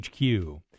HQ